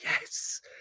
yes